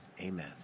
amen